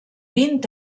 vint